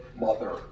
mother